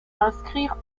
inscrire